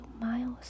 miles